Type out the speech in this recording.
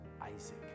Isaac